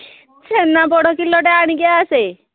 ଛେନାପୋଡ଼ କିଲୋଟେ ଆଣିକି ଆସେ